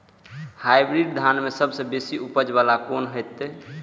Hybrid धान में सबसे बेसी उपज बाला कोन हेते?